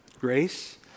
Grace